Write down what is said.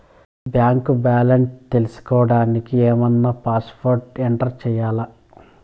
Bank balance తెలుసుకోవడానికి ఏమన్నా password enter చేయాలా?